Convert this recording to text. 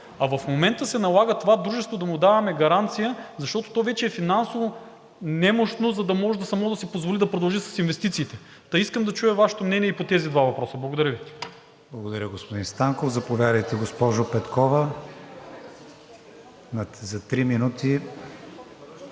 а в момента се налага на това дружество да му даваме гаранция, защото то вече е финансово немощно, за да може само да си позволи да продължи с инвестициите. Искам да чуя Вашето мнение по тези два въпроса. Благодаря Ви. ПРЕДСЕДАТЕЛ КРИСТИАН ВИГЕНИН: Благодаря, господин Станков. Заповядайте, госпожо Петкова, за три минути.